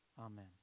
amen